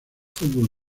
fútbol